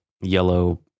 yellow